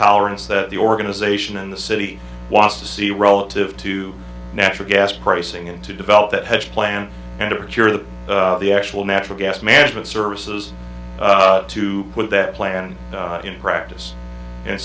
tolerance that the organization in the city wants to see relative to natural gas pricing and to develop that hedge plan and appear that the actual natural gas management services to put that plan in practice and